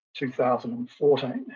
2014